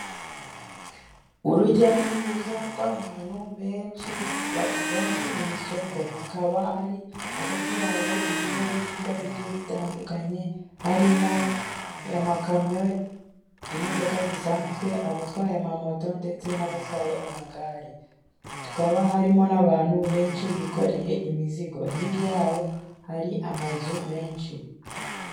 Urujya n'uruza rw'abantu benshi bari mu isoko, hakaba hari hagati yabo ibinyabiziga bigiye bitandukanye, harimo amakamyo, imodoka zisanzwe, abatwaye amamoto ndetse n'abatwaye amagare, tukaba harimo n'abantu benshi bikoreye imizigo, hirya yabo hari amazu menshi.